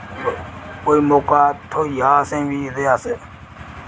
ब कोई मौका थ्होई जा असें बी ते अस